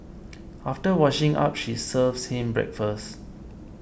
after washing up she serves him breakfast